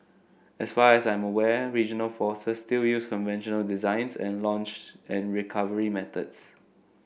as far as I'm aware regional forces still use conventional designs and launch and recovery methods